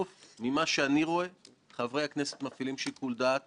אבל בסופו של דבר ההחלטות מתקבלות פה בבית הזה,